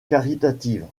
caritatives